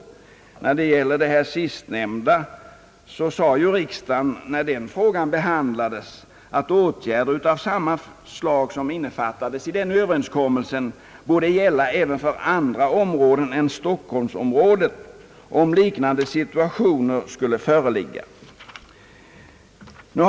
När denna senare fråga behandlades i riksdagen uttalades att åtgärder av samma slag som innefattades i stockholmsöverenskommelsen borde gälla även för andra områden än stockholmsområdet, om liknande situationer skulle föreligga.